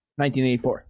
1984